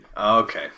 Okay